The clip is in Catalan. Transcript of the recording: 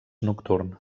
nocturn